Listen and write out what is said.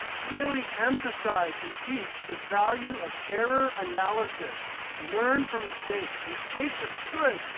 really emphasize and teach the value of error analysis. learn from mistakes. mistakes are good.